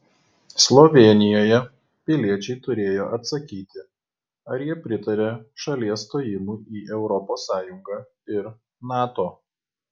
slovėnijoje piliečiai turėjo atsakyti ar jie pritaria šalies stojimui į europos sąjungą ir nato